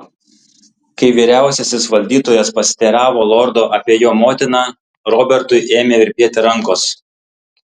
kai vyriausiasis valdytojas pasiteiravo lordo apie jo motiną robertui ėmė virpėti rankos